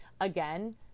Again